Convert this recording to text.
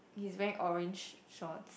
he's wearing orange shorts